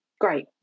great